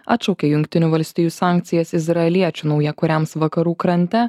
atšaukė jungtinių valstijų sankcijas izraeliečių naujakuriams vakarų krante